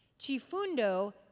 Chifundo